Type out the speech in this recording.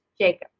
jacob